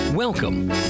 Welcome